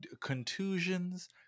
contusions